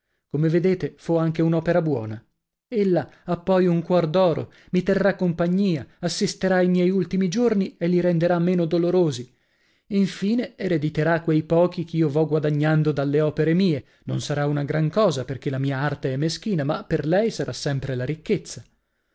come vedete fo anche un'opera buona ella ha poi un cuor d'oro mi terrà compagnia assisterà i miei ultimi giorni e li renderà meno dolorosi infine erediterà quei pochi ch'io vo guadagnando dalle opere mie non sarà una gran cosa perchè la mia arte è meschina ma per lei sarà sempre la ricchezza